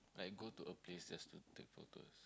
like go to a place just to take photos